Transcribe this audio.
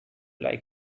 like